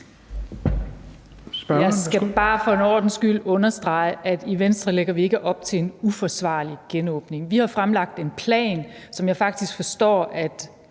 Jeg vil bare for en ordens skyld understrege, at i Venstre lægger vi ikke op til en uforsvarlig genåbning. Vi har fremlagt en plan, som jeg faktisk forstår at